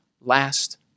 last